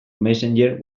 messenger